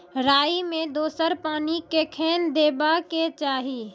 राई मे दोसर पानी कखेन देबा के चाहि?